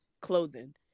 clothing